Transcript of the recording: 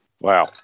Wow